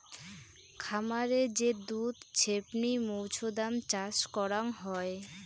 খামারে যে দুধ ছেপনি মৌছুদাম চাষ করাং হই